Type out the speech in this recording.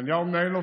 נתניהו מנהל אותה,